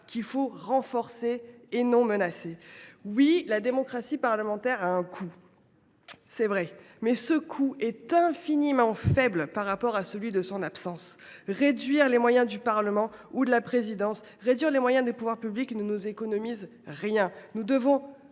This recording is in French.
qu’il faut renforcer et non menacer. Oui, la démocratie parlementaire a indéniablement un coût, mais ce coût est infiniment faible par rapport à celui de son absence. Réduire les moyens du Parlement ou de la Présidence de la République, réduire les moyens des pouvoirs publics, ne nous économisera rien. Oui, nous devons